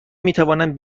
میتوانند